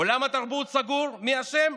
עולם התרבות סגור, מי אשם?